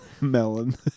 Melon